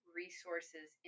resources